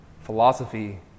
philosophy